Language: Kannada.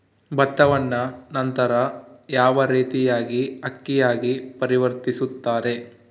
ಭತ್ತವನ್ನ ನಂತರ ಯಾವ ರೇತಿಯಾಗಿ ಅಕ್ಕಿಯಾಗಿ ಪರಿವರ್ತಿಸುತ್ತಾರೆ?